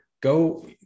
go